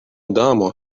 damo